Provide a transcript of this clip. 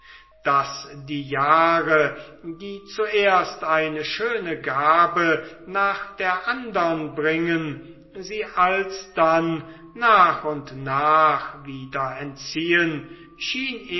daß die jahre die zuerst eine schöne gabe nach der andern bringen sie alsdann nach und nach wieder entziehen